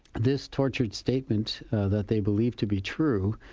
this torture statement that they believed to be true,